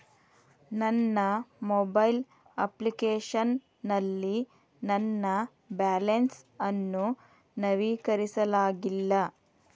ನನ್ನ mobile application ನಲ್ಲಿ ನನ್ನ ಬ್ಯಾಲೆನ್ಸ್ ಅನ್ನು ನವೀಕರಿಸಲಾಗಿಲ್ಲ